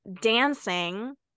dancing –